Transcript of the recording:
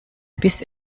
biss